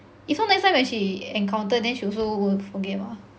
it's so next time when she encounter then she also won't forget mah